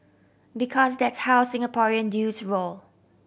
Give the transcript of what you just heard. because that's how Singaporean dudes roll